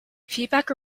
feedback